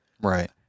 right